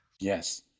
yes